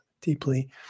deeply